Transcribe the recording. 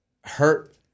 hurt